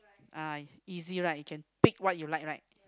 ah easy right you can pick what you like right